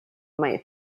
might